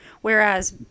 whereas